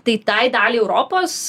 tai tai daliai europos